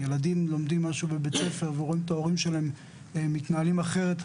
ילדים לומדים משהו בבית ספר ורואים את ההורים שלהם מתנהלים אחרת,